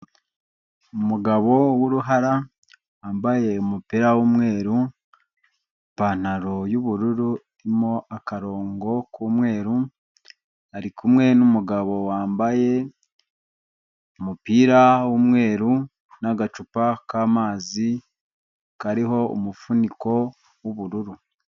Umugabo w'uruhara wambaye umupira w'umweru, ipantaro y'ubururu irimo akarongo k'umweru ari kumwe n'umugabo wambaye umupira w'umweru n'agacupa k'amazi kariho umufuniko w'ubururu.